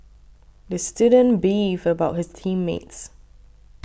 the student beefed about his team mates